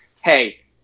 Hey